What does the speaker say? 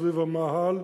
סביב המאהל,